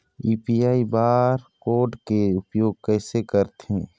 UPI bar code के उपयोग कैसे करथें?